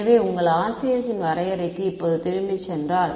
எனவே உங்கள் RCS இன் வரையறைக்கு இப்போது திரும்பிச் சென்றால்